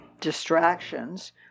distractions